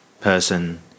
person